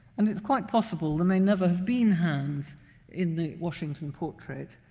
and it's quite possible there may never have been hands in the washington portrait,